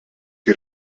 qui